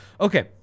okay